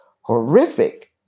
horrific